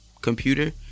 computer